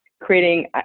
creating